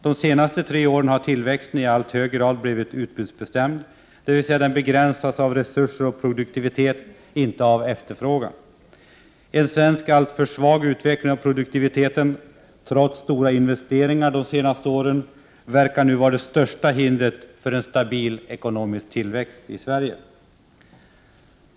De senaste tre åren har tillväxten i allt högre grad blivit utbudsbestämd, dvs. den begränsas av resurser och produktivitet, inte av efterfrågan. En alltför svag utveckling av produktiviteten trots stora investeringar de senaste åren verkar nu vara det största hindret för en stabil ekonomisk tillväxt i Sverige.